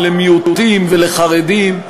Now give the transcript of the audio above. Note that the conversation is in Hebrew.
ולמיעוטים ולחרדים.